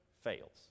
fails